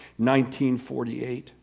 1948